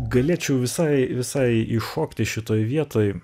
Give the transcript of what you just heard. galėčiau visai visai iššokti šitoj vietoj